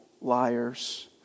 liars